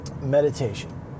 meditation